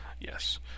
Yes